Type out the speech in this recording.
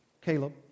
Caleb